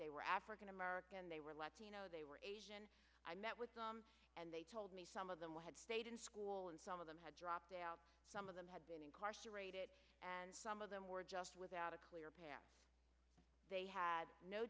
they were african american they were latino they were asian i met with and they told me some of them had stayed in school and some of them had dropped out some of them had been incarcerated and some of them were just without a clear path they had no